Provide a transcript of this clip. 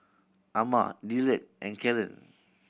Amma Dillard and Kellen